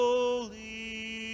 Holy